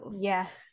Yes